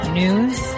news